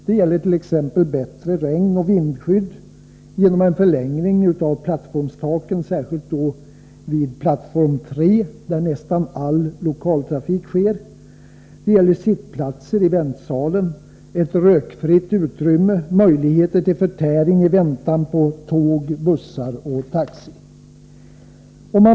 Det gäller t.ex. bättre regnoch vindskydd genom en förlängning av plattformstaken, särskilt då vid plattform 3, där nästan all lokaltrafikverksamhet sker. Det gäller sittplatserna i väntsalen, ett rökfritt utrymme, möjligheten till förtäring vid väntan på tåg, bussar och taxi.